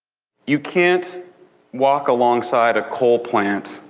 you can't walk alongside a coal plant